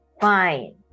fine